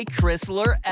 Chrysler